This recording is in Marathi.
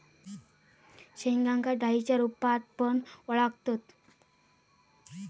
शेंगांका डाळींच्या रूपात पण वळाखतत